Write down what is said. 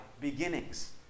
beginnings